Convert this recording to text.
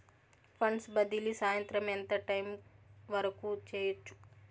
funds బదిలీ సాయంత్రం ఎంత టైము వరకు చేయొచ్చు